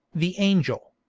the angel.